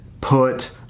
put